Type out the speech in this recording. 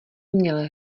měl